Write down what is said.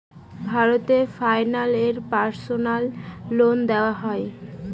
Bharat finance এ personal loan দেওয়া হয়?